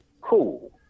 cool